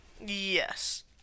Yes